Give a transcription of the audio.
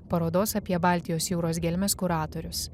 parodos apie baltijos jūros gelmes kuratorius